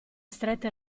strette